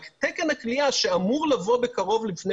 רק תקן הכליאה שאמור לבוא בקרוב לפני